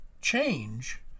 change